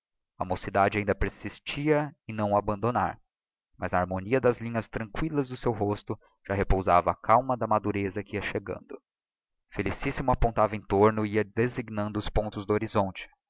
a mocidade ainda persistia em não o abandonar mas na harmonia das linhas tranquillas do seu rosto já repousava a calma da madureza que ia chegando felicíssimo apontava em torno e ia designando os pontos do horizonte